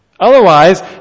Otherwise